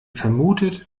vermutet